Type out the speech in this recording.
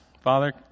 Father